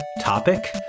topic